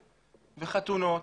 וחתונות.